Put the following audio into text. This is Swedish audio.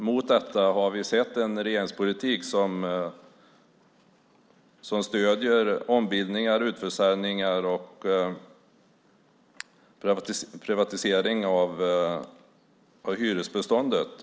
Mot detta har vi sett en regeringspolitik som stöder ombildningar, utförsäljningar och privatisering av hyresbeståndet.